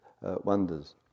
wonders